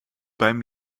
beim